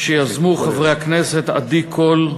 שיזמו חברי הכנסת עדי קול,